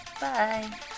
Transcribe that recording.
Bye